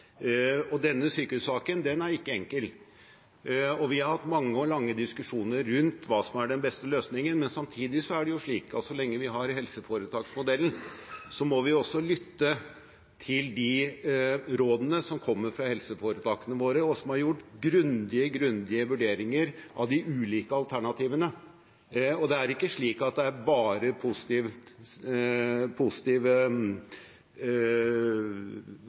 Helse-Norge. Denne sykehussaken er ikke enkel, og vi har hatt mange og lange diskusjoner rundt hva som er den beste løsningen. Samtidig er det slik at så lenge vi har helseforetaksmodellen, må vi også lytte til de rådene som kommer fra helseforetakene våre, og som har gjort grundige vurderinger av de ulike alternativene. Det er ikke slik at det er bare